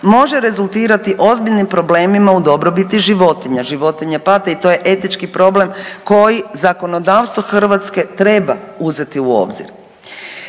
može rezultirati ozbiljnim problemima u dobrobiti životinja, životinje pate i to je etički problem koji zakonodavstvo hrvatske treba uzeti u obzir.